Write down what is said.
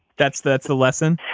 that's that's the lesson?